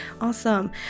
Awesome